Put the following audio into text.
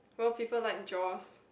well people like Jaws